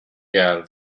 geldi